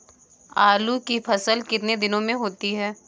आलू की फसल कितने दिनों में होती है?